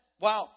Wow